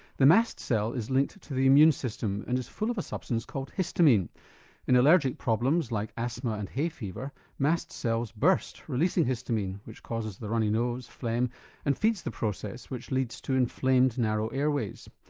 the mast cell is linked to to the immune system and is full of a substance called histamine in allergic problems like asthma and hay fever mast cells burst releasing histamine which causes the runny nose, phlegm and feeds the process which leads to inflamed narrow airways.